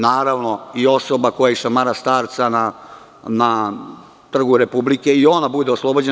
Naravno, i osoba koja išamara starca na Trgu republike, i ona bude oslobođena.